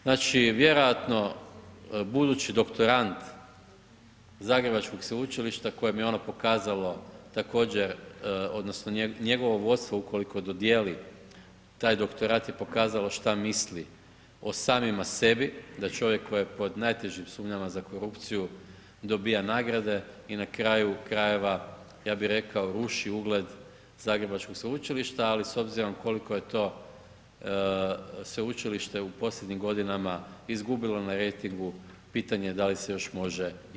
Znači vjerojatno budući doktorant zagrebačkog sveučilišta kojem je ono pokazalo odnosno njegovo vodstvo ukoliko dodijeli taj doktorat je pokazalo šta misli o samima sebi, da čovjek koji je pod najtežim sumnjama za korupciju, dobiva nagrade i na kraju krajeva, ja bi rekao ruši ugled zagrebačkog sveučilišta ali s obzirom koliko je to sveučilište u posljednjim godinama izgubilo na rejtingu, pitanje da li se još može i više srozati.